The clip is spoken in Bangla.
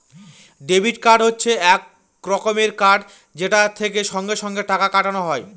ডেবিট কার্ড হচ্ছে এক রকমের কার্ড যেটা থেকে সঙ্গে সঙ্গে টাকা কাটানো যায়